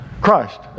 Christ